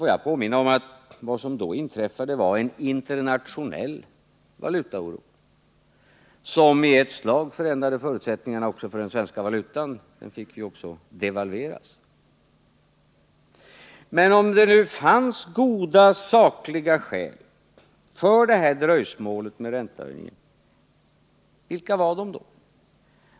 Får jag påminna om att vad som då inträffade var en internationell valutaoro, som med ett slag ändrade förutsättningarna också för den svenska valutan, som vi fick lov att devalvera. Men om det nu fanns goda sakliga skäl för det här dröjsmålet med räntehöjningen — vilka var då dessa?